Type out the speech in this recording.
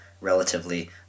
relatively